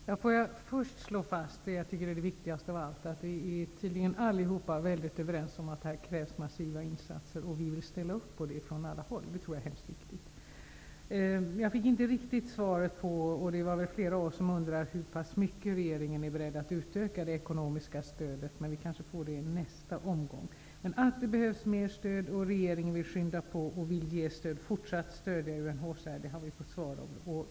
Herr talman! Jag vill först slå fast det jag tycker är det viktigaste av allt, nämligen att vi tydligen allihop är helt överens om att det krävs massiva insatser och att vi alla vill ställa upp på det. Det tror jag är mycket viktigt. Jag fick inte riktigt något svar på min fråga om hur pass mycket regeringen är beredd att utöka det ekonomiska stödet. Det är nog många som undrar, men vi kanske får svar i Birgit Friggebos nästa inlägg. Vi har emellertid fått besked om att det behövs ett utökat stöd, att regeringen vill skynda på och att man vill ge fortsatt stöd till UNHCR.